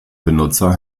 benutzer